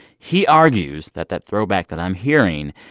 he argues that that throwback that i'm hearing,